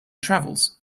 travels